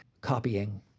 copying